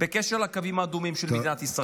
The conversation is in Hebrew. בקשר לקווים האדומים של מדינת ישראל.